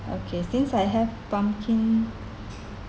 okay since I have pumpkin